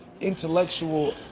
intellectual